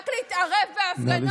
רק להתערב בהפגנות,